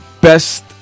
best